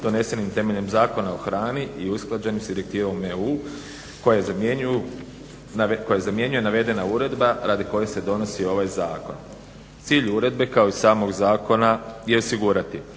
donesenim temeljem Zakona o hrani i usklađenim s Direktivom EU koju zamjenjuje navedena uredba radi kojeg se donosi ovaj zakon. Cilj uredbe kao i samog zakona je osigurati